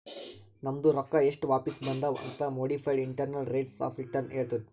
ನಮ್ದು ರೊಕ್ಕಾ ಎಸ್ಟ್ ವಾಪಿಸ್ ಬಂದಾವ್ ಅಂತ್ modified internal rates of return ಹೇಳತ್ತುದ್